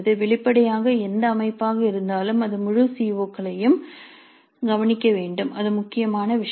வெளிப்படையாக எந்த அமைப்பாக இருந்தாலும் அது முழு சி ஓ களையும் கவனிக்க வேண்டும் அது முக்கியமான விஷயம்